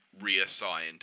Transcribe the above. reassigned